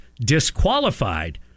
disqualified